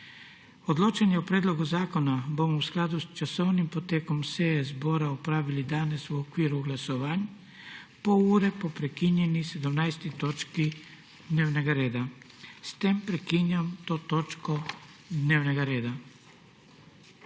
Odločanje o predlogu zakona bomo v skladu s časovnim potekom seje zbora opravili danes, v okviru glasovanj, pol ure po prekinjeni 17. točki dnevnega reda. S tem prekinjam to točko dnevnega reda.